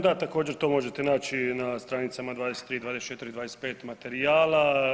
Da, također, to možete naći na stranicama 23, 24, 25 materijala.